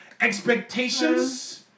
expectations